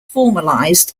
formalized